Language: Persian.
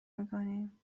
میکنیم